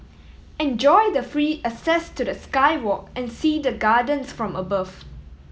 enjoy the free access to the sky walk and see the gardens from above